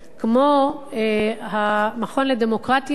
כמו המכון לדמוקרטיה,